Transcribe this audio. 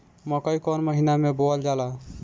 मकई कौन महीना मे बोअल जाला?